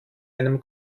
einem